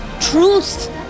Truth